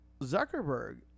Zuckerberg